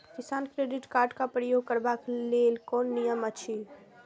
किसान credit card क प्रयोग करबाक लेल कोन नियम अछि?